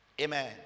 Amen